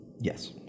yes